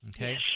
Okay